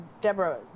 Deborah